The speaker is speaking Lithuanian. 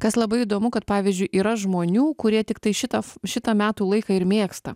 kas labai įdomu kad pavyzdžiui yra žmonių kurie tiktai šitą šitą metų laiką ir mėgsta